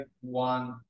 one